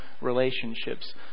relationships